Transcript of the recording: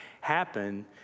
happen